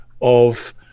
of-